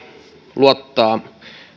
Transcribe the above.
luottaa